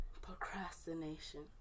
procrastination